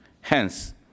Hence